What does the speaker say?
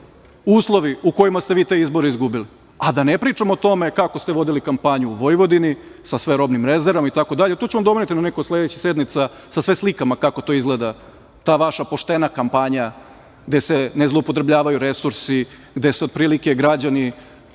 uslovi u kojima ste vi te izbore izgubili, a da ne pričao o tome kako ste vodili kampanju u Vojvodini sa sve robnim rezervama i tako dalje, to ću vam doneti na nekoj od sledećih sednica sa sve slikama kako to izgleda ta vaša poštena kampanja gde se ne zloupotrebljavaju resursi, gde se otprilike građani